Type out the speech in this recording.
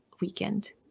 weekend